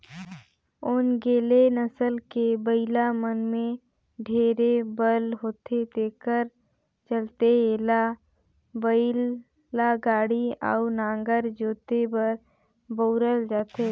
ओन्गेले नसल के बइला मन में ढेरे बल होथे तेखर चलते एला बइलागाड़ी अउ नांगर जोते बर बउरल जाथे